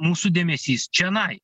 mūsų dėmesys čianai